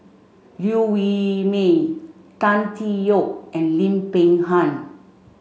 Liew Wee Mee Tan Tee Yoke and Lim Peng Han